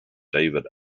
david